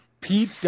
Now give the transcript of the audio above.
Pete